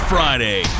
Friday